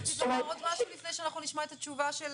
רצית לומר עוד משהו לפני שאנחנו נשמע את התשובה של